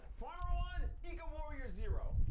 farmer one, eco warriors zero.